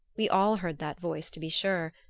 we all heard that voice, to be sure,